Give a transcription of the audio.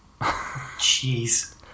Jeez